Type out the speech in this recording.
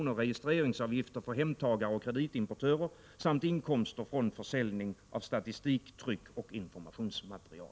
registreringsavgifter för hemtagare och kreditimportörer samt inkomster från försäljning av statistik-, tryckoch informationsmaterial.